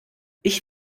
ich